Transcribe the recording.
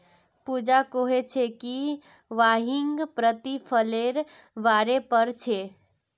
पूजा कोहछे कि वहियं प्रतिफलेर बारे पढ़ छे